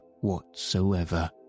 whatsoever